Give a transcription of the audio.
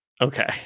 Okay